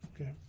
okay